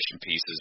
pieces